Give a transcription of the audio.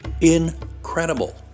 incredible